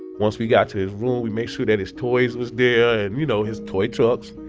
once we got to his room, we make sure that his toys was there and, you know, his toy trucks.